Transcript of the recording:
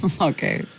Okay